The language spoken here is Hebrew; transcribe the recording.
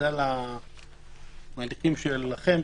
בגלל ההליכים שלכם,